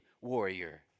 warrior